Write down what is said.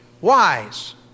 wise